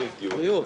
בריאות.